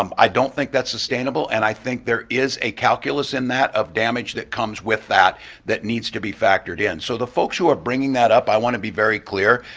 um i don't think that's sustainable and i think there is a calculus in that of damage that comes with that that needs to be factored in. so the folks who are bringing that up, i want to be very clear,